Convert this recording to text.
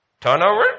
turnover